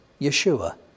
Yeshua